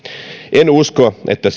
en usko että